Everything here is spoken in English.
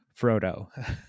frodo